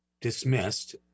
dismissed